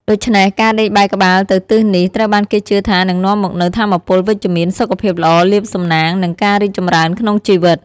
ដូច្នេះ ការដេកបែរក្បាលទៅទិសនេះ ត្រូវបានគេជឿថានឹងនាំមកនូវថាមពលវិជ្ជមាន សុខភាពល្អ លាភសំណាង និងការរីកចម្រើនក្នុងជីវិត។